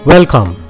Welcome